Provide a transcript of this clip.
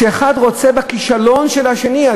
שהאחד רוצה בכישלון של השני.